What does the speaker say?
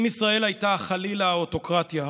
אם ישראל הייתה חלילה אוטוקרטיה,